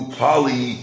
poly